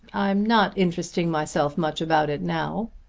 i'm not interesting myself much about it now.